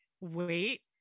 wait